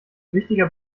wichtiger